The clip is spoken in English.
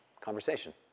conversation